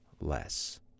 less